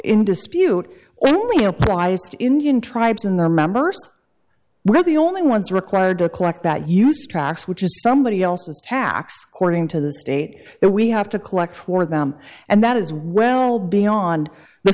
in dispute only applies to indian tribes and their members were the only ones required to collect that use tracks which is somebody else's tax cording to the state that we have to collect for them and that is well beyond